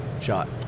shot